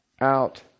out